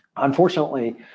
Unfortunately